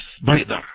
spider